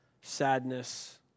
sadness